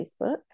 Facebook